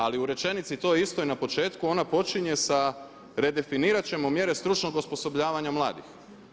Ali u rečenici toj istoj na početku, ona počinje sa redefinirati ćemo mjere stručnog osposobljavanja mladih.